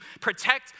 protect